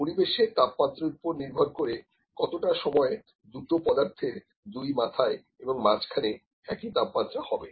পরিবেশের তাপমাত্রার উপর নির্ভর করে কতটা সময়ে দুটো পদার্থের দুই মাথায় এবং মাঝখানে একই তাপমাত্রা হবে